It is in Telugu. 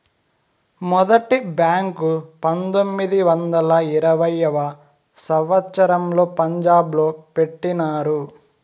మొదటి బ్యాంకు పంతొమ్మిది వందల ఇరవైయవ సంవచ్చరంలో పంజాబ్ లో పెట్టినారు